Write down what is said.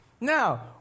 now